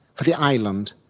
for the island,